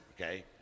Okay